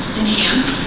enhance